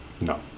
No